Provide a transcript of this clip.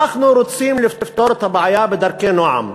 אנחנו רוצים לפתור את הבעיה בדרכי נועם,